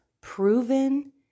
proven